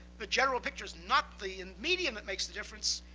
the general picture is not the and medium that makes the difference.